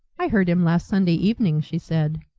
i heard him last sunday evening, she said.